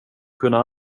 kunna